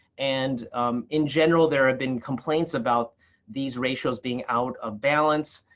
and in general, there have been complaints about these ratios being out of balance,